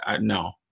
no